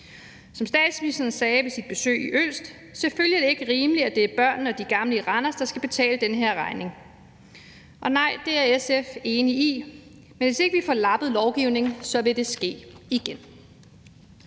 Som statsministeren sagde ved sit besøg i Ølst: Selvfølgelig er det ikke rimeligt, at det er børnene og de gamle i Randers, der skal betale den her regning. Det er SF enige i, men hvis ikke vi får lappet lovgivningen, vil det ske igen.